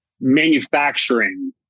manufacturing